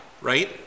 right